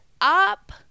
up